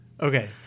Okay